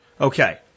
Okay